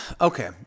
okay